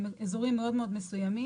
זה רק באזורים מאוד מאוד מסוימים.